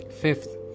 Fifth